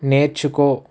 నేర్చుకో